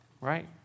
right